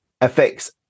affects